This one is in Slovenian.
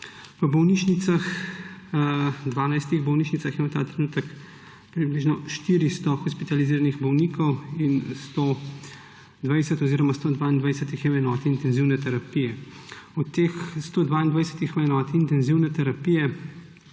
s covidom-19. V 12 bolnišnicah je ta trenutek približno 400 hospitaliziranih bolnikov in 122 jih je v enoti intenzivne terapije. Od teh 122 v enoti intenzivne terapije